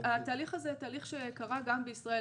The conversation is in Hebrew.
התהליך הזה הוא תהליך שקרה גם בישראל.